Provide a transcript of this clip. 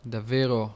Davvero